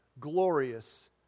glorious